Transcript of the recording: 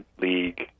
league